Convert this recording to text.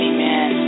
Amen